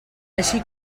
així